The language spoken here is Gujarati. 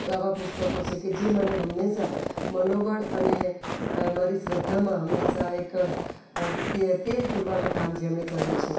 આવા પુસ્તકો છે કે જે મને હંમેશાં મનોબળ અને મારી શ્રદ્ધામાં હંમેશાં એક તેલ પૂરવાનું કામ જેમણે કર્યું છે